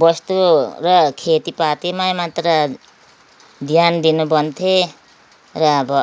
बस्तु र खेतीपीतीमै मात्र ध्यान दिनु भन्थे र अब